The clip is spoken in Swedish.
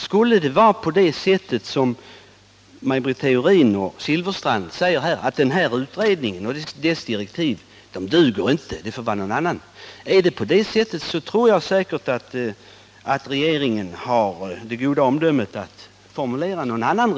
Skulle det vara så som Maj Britt Theorin och Bengt Silfverstrand säger här, att denna utredning och dess direktiv inte duger, utan att det måste tillsättas en annan, så tror jag att regeringen har det goda omdömet att handla därefter.